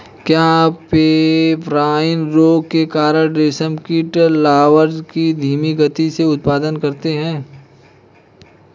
क्या पेब्राइन रोग के कारण रेशम कीट लार्वा का धीमी गति से उत्पादन करते हैं?